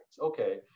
Okay